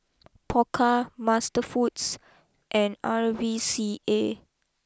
Pokka Masterfoods and R V C A